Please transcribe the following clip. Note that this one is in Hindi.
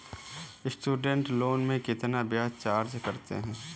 स्टूडेंट लोन में कितना ब्याज चार्ज करते हैं?